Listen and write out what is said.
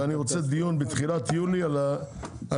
ואני רוצה דיון, בתחילת יולי, על האפשרות